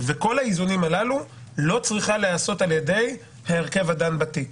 לא צריכה להיעשות על ידי ההרכב הדן בתיק.